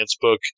book